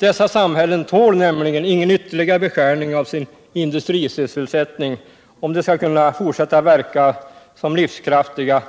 Dessa samhällen 123 tål nämligen ingen ytterligare beskärning av sin industrisysselsättning om de skall kunna fortsätta att verka som livskraftiga